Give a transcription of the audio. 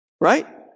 right